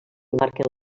marquen